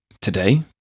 today